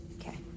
Okay